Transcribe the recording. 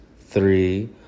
three